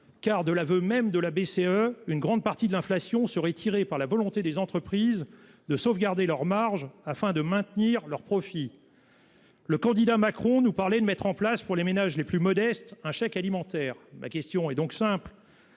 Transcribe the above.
Car, de l'aveu même de la BCE. Une grande partie de l'inflation serait tirée par la volonté des entreprises de sauvegarder leurs marges afin de maintenir leurs profits. Le candidat Macron nous parler de mettre en place pour les ménages les plus modestes. Un chèque alimentaire, ma question est donc simple.